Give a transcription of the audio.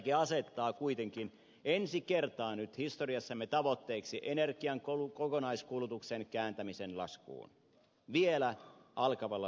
strategia asettaa kuitenkin ensi kertaa nyt historiassamme tavoitteeksi energian kokonaiskulutuksen kääntämisen laskuun vielä alkavalla vuosikymmenellä